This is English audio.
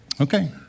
Okay